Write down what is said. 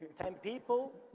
ten people,